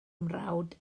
mrawd